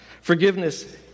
Forgiveness